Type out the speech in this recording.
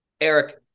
Eric